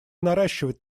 наращивать